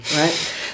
right